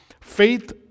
faith